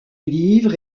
livre